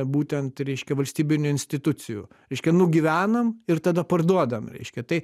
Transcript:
būtent reiškia valstybinių institucijų reiškia nugyvenam ir tada parduodam reiškia tai